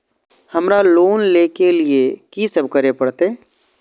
हमरा लोन ले के लिए की सब करे परते?